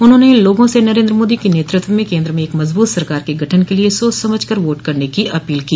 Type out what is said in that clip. उन्होंने लोगों से नरेन्द्र मोदी के नेतृत्व में केन्द्र में एक मजबूत सरकार के गठन के लिये सोच समझ कर वोट करने की अपील की